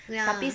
ya